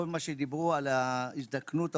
אחזור על כל מה שדיברו פה על הזדקנות האוכלוסייה,